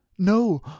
No